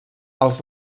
els